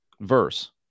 verse